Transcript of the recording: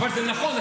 אבל זה נכון.